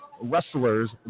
wrestlers